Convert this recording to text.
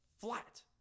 flat